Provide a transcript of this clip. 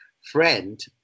friend